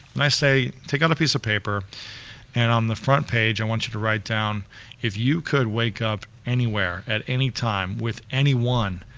and i say take out a piece of paper and on the front page, i want you to write down if you could wake up anywhere at any time, with anyone,